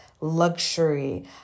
luxury